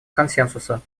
консенсуса